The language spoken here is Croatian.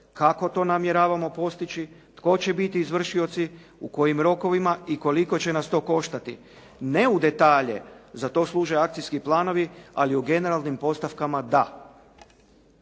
kako to namjeravamo postići, tko će biti izvršioci, u kojim rokovima i koliko će nas to koštati. Ne u detalje, za to služe akcijski planovi, ali u generalnim postavkama da.